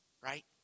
right